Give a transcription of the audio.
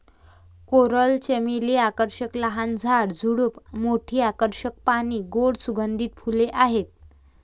coral चमेली आकर्षक लहान झाड, झुडूप, मोठी आकर्षक पाने, गोड सुगंधित फुले आहेत